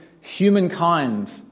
humankind